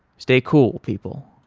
stay cool people.